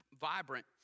vibrant